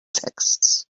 texts